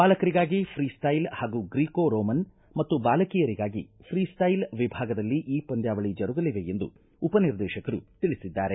ಬಾಲಕರಿಗಾಗಿ freestyle ಹಾಗೂ Greco Roman ಮತ್ತು ಬಾಲಕಿಯರಿಗಾಗಿ ಫ್ರೀ ಸ್ಟೈಲ್ ವಿಭಾಗದಲ್ಲಿ ಈ ಪಂದ್ಯಾವಳಿ ಜರುಗಲಿವೆ ಎಂದು ಉಪನಿರ್ದೇಶಕರು ತಿಳಿಸಿದ್ದಾರೆ